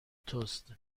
توست